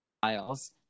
files